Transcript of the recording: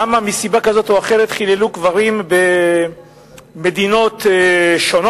למה מסיבה כזאת או אחרת חיללו קברים במדינות שונות,